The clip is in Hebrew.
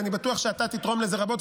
ואני בטוח שאתה תתרום לזה רבות.